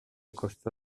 costó